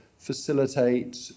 facilitate